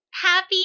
Happy